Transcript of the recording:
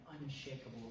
unshakable